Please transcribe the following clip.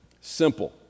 simple